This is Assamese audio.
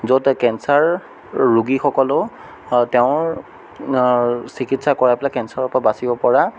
য'ত কেঞ্চাৰ ৰোগীসকলেও তেওঁৰ চিকিৎসা কৰাই পেলাই কেঞ্চাৰৰ পৰা বাচিব পৰা